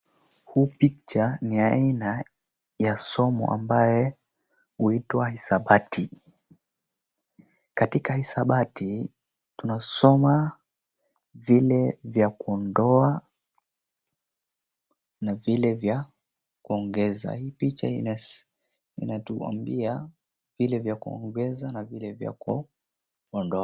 Huu picha ni aina ya somo ambaye hitwa hisabati, katika hisabati tunasoma vile vya kuondoa, na vile vya kuongeza, hii picha inatuambia vile vya kuongeza na vile vya kuondoa.